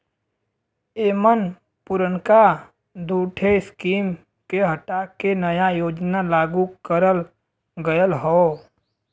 एमन पुरनका दूठे स्कीम के हटा के नया योजना लागू करल गयल हौ